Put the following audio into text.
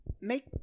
make